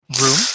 Room